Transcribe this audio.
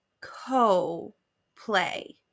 co-play